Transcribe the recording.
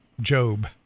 Job